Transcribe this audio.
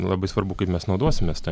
labai svarbu kaip mes naudosimės ta